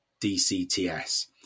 DCTS